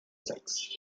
sex